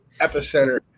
epicenter